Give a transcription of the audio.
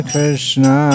Krishna